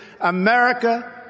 America